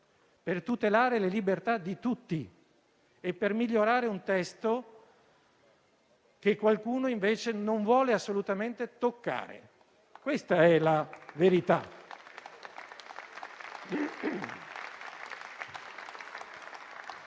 per tutelare le libertà di tutti e per migliorare un testo che qualcuno invece non vuole assolutamente toccare. Questa è la verità. Questo